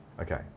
Okay